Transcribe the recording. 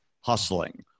hustling